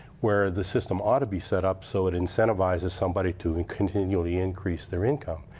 where the system ought to be set up so it incentivizes somebody to and continually increase their income.